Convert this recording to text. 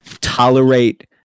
tolerate